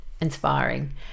inspiring